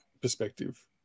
perspective